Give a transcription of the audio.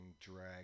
drag